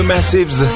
Massives